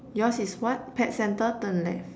yours is what pet center turn left